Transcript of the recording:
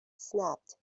snapped